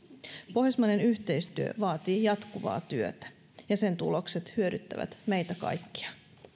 pohjoismainen yhteistyö vaatii jatkuvaa työtä ja sen tulokset hyödyttävät meitä kaikkia